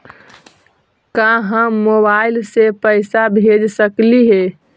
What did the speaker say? का हम मोबाईल से पैसा भेज सकली हे?